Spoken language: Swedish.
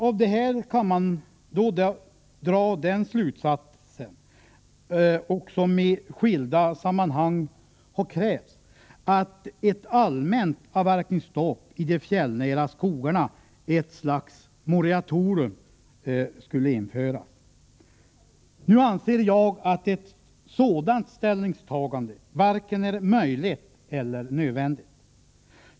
Av det här kan den slutsatsen dras — vilket också i skilda sammanhang har krävts — att ett allmänt avverkningsstopp i de fjällnära skogarna, ett slags moratorium, införs. Nu anser jag att ett sådant ställningstagande är varken möjligt eller nödvändigt.